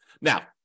Now